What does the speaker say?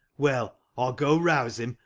well, i'll go rouse him,